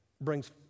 brings